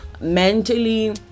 mentally